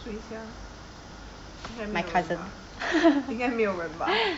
谁 sia 应该没有人应该没有人吧